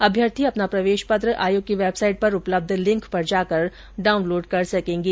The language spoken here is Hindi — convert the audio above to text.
अभ्यर्थी अपना प्रवेशपत्र आयोग की वेबसाइट पर उपलब्ध लिंक पर जाकर डाउनलोड कर सकेंगे